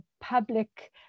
public